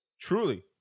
Truly